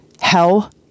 Hell